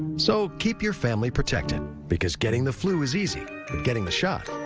so, keep your family protected. because getting the flu is easy, but getting the shot.